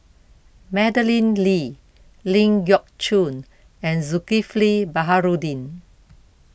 Madeleine Lee Ling Geok Choon and Zulkifli Baharudin